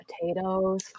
potatoes